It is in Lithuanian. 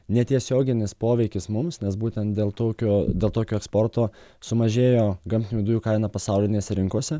netiesioginis poveikis mums nes būtent dėl tokio dėl tokio eksporto sumažėjo gamtinių dujų kaina pasaulinėse rinkose